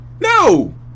No